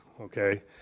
Okay